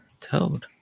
Toad